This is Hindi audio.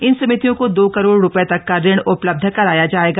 इन समितियों को दो करोड़ रुपये तक का ऋण उपलब्ध कराया जाएगा